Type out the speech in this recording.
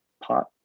Pot